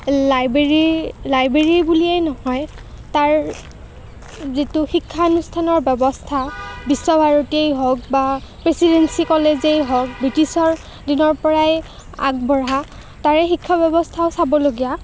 লাইব্ৰেৰীৰ লাইব্ৰেৰী বুলিয়ে নহয় তাৰ যিটো শিক্ষানুষ্ঠানৰ ব্যৱস্থা বিশ্ব ভাৰতী হওক বা প্ৰেচিডেন্সি কলেজেই হওক বৃটিছৰ দিনৰপৰাই আগবঢ়া তাৰে শিক্ষা ব্যৱস্থাও চাবলগীয়া